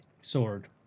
sword